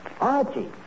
Archie